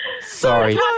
Sorry